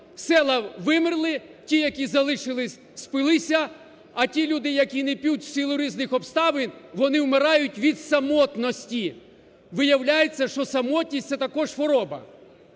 села вимерли, ті, які залишились, спилися, а ті люди, які не п'ють, в силу різних обставин вони вмирають від самотності. Виявляється, що самотність – це також хвороба.